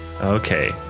Okay